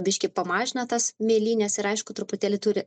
biški pamažina tas mėlynes ir aišku truputėlį turi